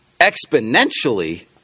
exponentially